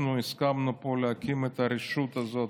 אנחנו הסכמנו פה להקים את הרשות הזאת,